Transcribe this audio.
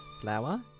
flour